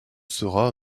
sera